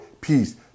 peace